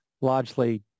largely